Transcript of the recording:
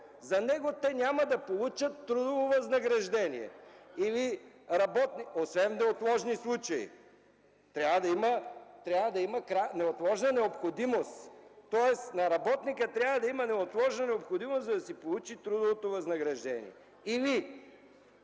от тях няма да получат трудово възнаграждение, освен неотложни случаи. Трябва да има неотложна необходимост, тоест на работника трябва да има неотложна необходимост, за да си получи трудовото възнаграждение. Или